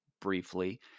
briefly